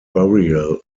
burial